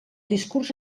discurs